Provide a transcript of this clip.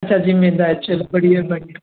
अच्छा जिम वेंदा आयो चलो बड़िया बड़िया